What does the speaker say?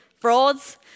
frauds